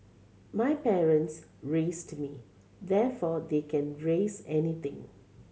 my parents raised me therefore they can raise anything